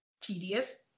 Tedious